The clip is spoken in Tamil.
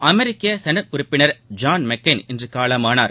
அமெரிக்க செனட் உறுப்பினர் ஜான் மெக்கைன் இன்று காலமானார்